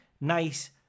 nice